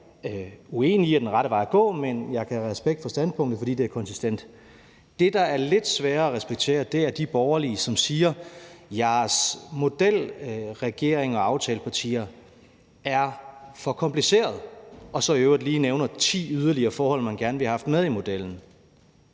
meget uenig i er den rette vej at gå, men jeg kan have respekt for standpunktet, fordi det er konsistent. Det, der er lidt svære at respektere, er de borgerlige, som siger: Jeres model, regering og aftalepartier, er for kompliceret. Og så nævner man i øvrigt lige ti yderligere forhold, man gerne ville have haft med i modellen.